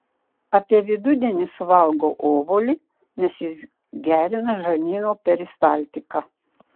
apie vidudienį suvalgau obuolį nes jis gerina žarnyno peristaltiką